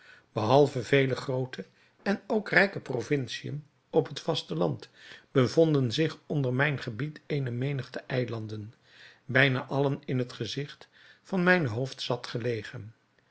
behalve vele groote en ook rijke provinciën op het vasteland bevonden zich onder mijn gebied eene menigte eilanden bijna allen in het gezigt van mijne hoofdstad gelegen